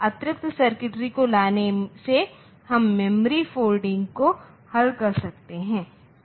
तो इस अतिरिक्त सर्किटरी को लाने से हम मेमोरी फोल्डिंग को हल कर सकते हैं